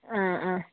ആ ആ